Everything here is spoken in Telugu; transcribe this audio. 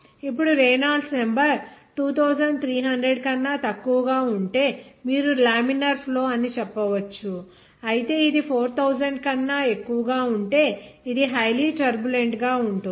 ఇప్పుడు రేనాల్డ్స్ నెంబర్ 2300 కన్నా తక్కువ ఉంటే మీరు లామినార్ ఫ్లో అని చెప్పవచ్చు అయితే ఇది 4000 కన్నా ఎక్కువ ఉంటే ఇది హైలీ టర్బులెంట్ గా ఉంటుంది